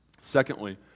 Secondly